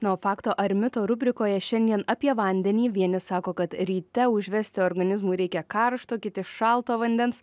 na o fakto ar mito rubrikoje šiandien apie vandenį vieni sako kad ryte užvesti organizmui reikia karšto kiti šalto vandens